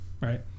right